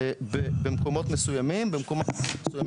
שם המדינה צריכה להכניס את היד לכיס.